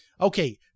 Okay